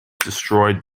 destroyed